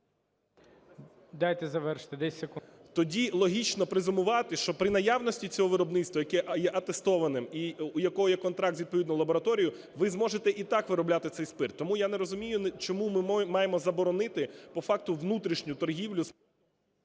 Дайте завершити, 10 секунд. НАТАЛУХА Д.А. Тоді логічно презюмувати, що при наявності цього виробництва, яке є атестованим і у якого є контракт з відповідною лабораторією, ви зможете і так виробляти цей спирт. Тому я не розумію, чому ми маємо заборонити по факту внутрішню торгівлю з…